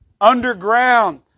underground